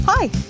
Hi